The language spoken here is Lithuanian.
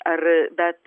ar bet